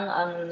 ang